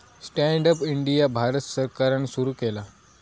stand up India Bharat सरकारान सुरू केला